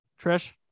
Trish